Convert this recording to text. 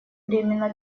временно